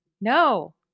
No